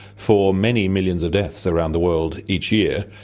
for many millions of deaths around the world each year.